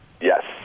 yes